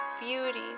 beauty